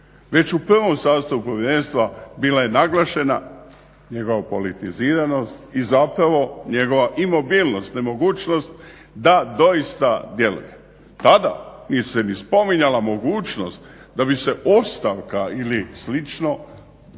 Već u prvom sastavu povjerenstva bila je naglašena njegova politiziranost i zapravo njegova imobilnost, nemogućnost da doista djeluje. Tada nije se ni spominjala mogućnost da bi se ostavka ili slično uvrstilo